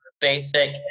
basic